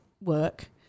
work